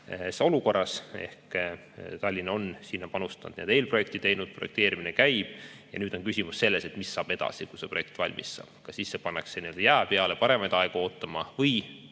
olukorras. Tallinn on sinna panustanud, eelprojekti teinud, projekteerimine käib, ja nüüd on küsimus selles, mis saab edasi, kui see projekt valmis saab – kas siis see pannakse nii-öelda jää peale, paremaid aegu ootama, või